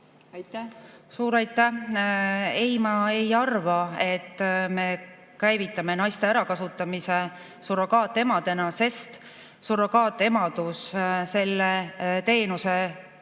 Suur aitäh! Ei, ma ei arva, et me käivitame naiste ärakasutamise surrogaatemadena, sest surrogaatemadus, selle teenuse